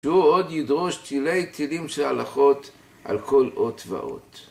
שהוא עוד ידרוש תילי תילים של הלכות על כל אות ואות.